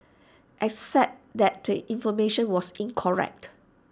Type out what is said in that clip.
except that the information was incorrect